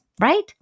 right